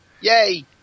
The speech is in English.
yay